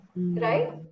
Right